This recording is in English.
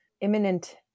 imminent